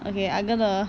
okay I gonna